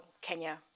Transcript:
Kenya